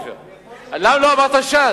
למה לא אמרת ש"ס?